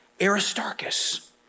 Aristarchus